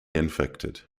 infected